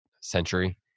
century